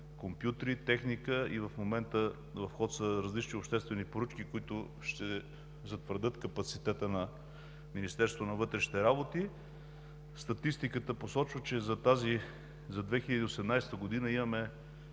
компютри, техника. В момента са в ход различни обществени поръчки, които ще затвърдят капацитета на Министерството на вътрешните работи. Статистиката посочва, че за 2018 г. имаме